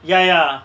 ya ya